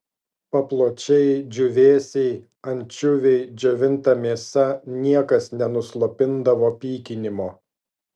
papločiai džiūvėsiai ančiuviai džiovinta mėsa niekas nenuslopindavo pykinimo